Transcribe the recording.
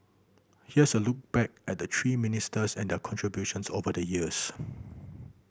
here's a look back at the three ministers and their contributions over the years